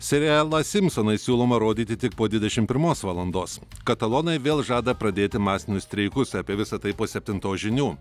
serialą simsonai siūloma rodyti tik po dvidešim pirmos valandos katalonai vėl žada pradėti masinius streikus apie visa tai po septintos žinių